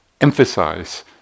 emphasize